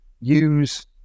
use